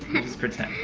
just pretend.